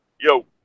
Yo